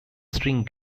string